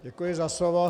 Děkuji za slovo.